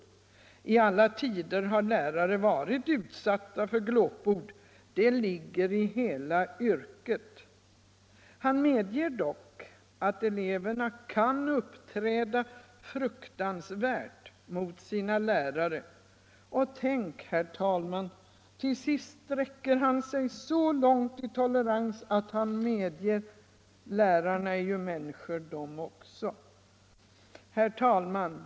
I alla tider har lärare varit utsatta för glåpord, det ligger i hela yrket.” Han medger dock att eleverna kan uppträda fruktansvärt mot sina lärare och tänk, herr talman, till sist sträcker han sig så långt i tolerans att han medger att ”lärarna är ju människor dom också”. Herr talman!